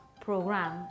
program